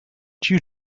due